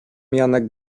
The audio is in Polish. janek